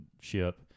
ship